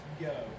go